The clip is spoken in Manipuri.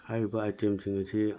ꯍꯥꯏꯔꯤꯕ ꯑꯥꯏꯇꯦꯝꯁꯤꯡ ꯑꯁꯤ